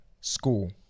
school